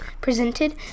presented